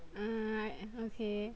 mm right okay